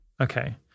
Okay